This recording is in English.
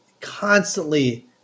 constantly